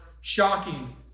shocking